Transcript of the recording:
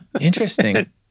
interesting